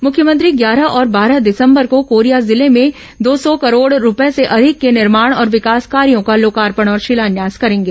मुख्यमंत्री ग्यारह और बारह दिसंबर को कोरिया जिले में दो सौ करोड़ रूपये से अधिक के निर्माण और विकास कार्यो का लोकार्पण और शिलान्यास करेंगे